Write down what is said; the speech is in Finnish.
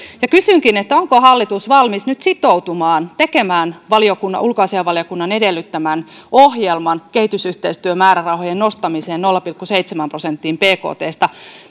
kysynkin onko hallitus nyt valmis sitoutumaan ja tekemään ulkoasiainvaliokunnan edellyttämän ohjelman kehitysyhteistyömäärärahojen nostamiseen nolla pilkku seitsemään prosenttiin bktsta